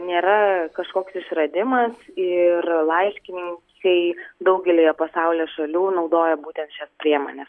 nėra kažkoks išradimas ir laiškininkai daugelyje pasaulio šalių naudoja būtent šias priemones